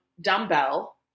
dumbbell